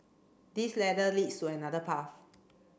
this ladder leads to another path